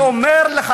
אני אומר לך,